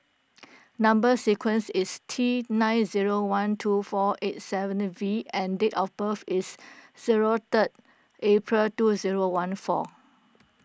Number Sequence is T nine zero one two four eight seven and V and date of birth is zero third April two zero one four